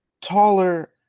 taller